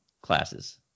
classes